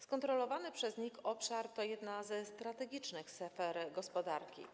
Skontrolowany przez NIK obszar to jedna ze strategicznych sfer gospodarki.